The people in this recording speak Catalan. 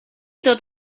tot